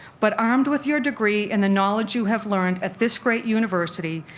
but armed with your degree and the knowledge you have learned at this great university,